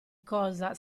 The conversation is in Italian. cosa